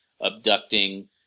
abducting